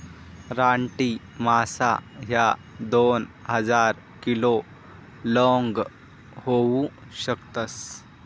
रानटी मासा ह्या दोन हजार किलो लोंग होऊ शकतस